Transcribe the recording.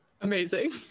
amazing